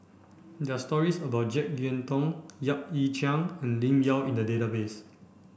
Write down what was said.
there are stories about Jek Yeun Thong Yap Ee Chian and Lim Yau in the database